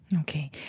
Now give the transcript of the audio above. Okay